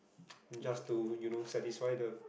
just to you know satisfy the